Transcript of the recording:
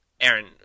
Aaron